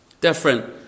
Different